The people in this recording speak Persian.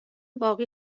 باقی